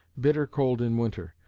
bitter cold in winter.